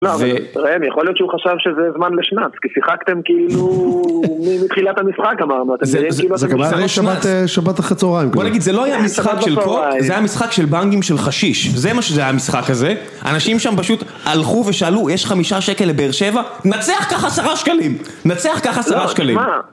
לא, אבל ראם, יכול להיות שהוא חשב שזה זמן לשנץ, כי שיחקתם כאילו מתחילת המשחק אמרנו, אתם נראים כאילו אתם משחקים לשנץ. זה כבר היה שבת אחרי הצהריים כבר. בוא נגיד, זה לא היה משחק של קורט, זה היה משחק של בנגים של חשיש, זה מה שזה היה המשחק הזה, אנשים שם פשוט הלכו ושאלו, יש חמישה שקל לבאר שבע, נצח קח עשרה שקלים, נצח קח עשרה שקלים.